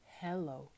Hello